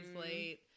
late